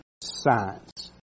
science